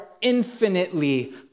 infinitely